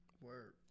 Word